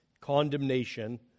condemnation